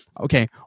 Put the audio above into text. Okay